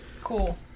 cool